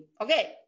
okay